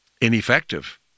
ineffective